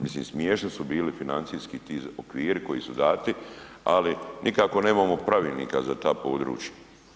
Mislim smiješni su bili financijski ti okviri koji su dati, ali nikako nemamo pravilnika za ta područja.